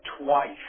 twice